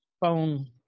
phone